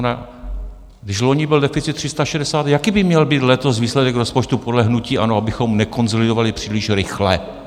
To znamená, když loni byl deficit 360, jaký by měl být letos výsledek rozpočtu podle hnutí ANO, abychom nekonsolidovali příliš rychle?